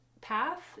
path